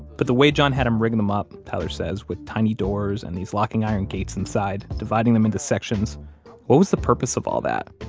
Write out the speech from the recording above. but the way john had him rig them up, tyler says, with tiny doors and these locking iron gates inside, dividing them into sections what was the purpose of all that?